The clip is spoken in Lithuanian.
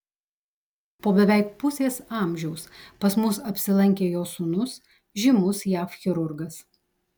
po beveik pusės amžiaus pas mus apsilankė jo sūnus žymus jav chirurgas